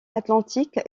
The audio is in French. atlantique